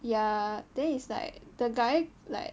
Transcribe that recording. ya then is like the guy like